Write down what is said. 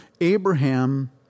Abraham